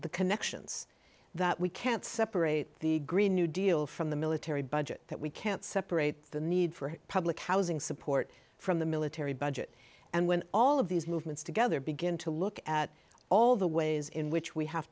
the connections that we can't separate the green new deal from the military budget that we can't separate the need for public housing support from the military budget and when all of these movements together begin to look at all the ways in which we have